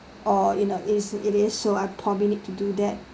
or you know it is it is so I probably need to do that